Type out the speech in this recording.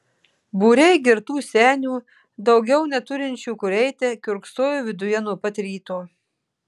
būriai girtų senių daugiau neturinčių kur eiti kiurksojo viduje nuo pat ryto